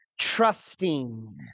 trusting